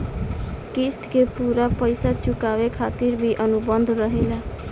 क़िस्त के पूरा पइसा चुकावे खातिर भी अनुबंध रहेला